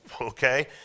Okay